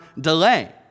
delay